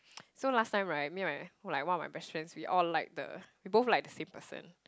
so last time right me and my like one of my best friends we all liked the we both liked the same person